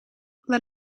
let